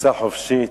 כניסה חופשית,